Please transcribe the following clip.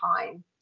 time